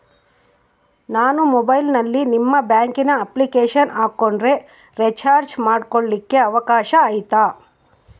ನಾನು ಮೊಬೈಲಿನಲ್ಲಿ ನಿಮ್ಮ ಬ್ಯಾಂಕಿನ ಅಪ್ಲಿಕೇಶನ್ ಹಾಕೊಂಡ್ರೆ ರೇಚಾರ್ಜ್ ಮಾಡ್ಕೊಳಿಕ್ಕೇ ಅವಕಾಶ ಐತಾ?